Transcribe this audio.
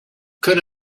could